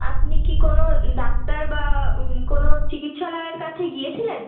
আপনি কি কোনো ডাক্তার বা কোনো চিকিৎসালয়ের কাছে গিয়েছিলেন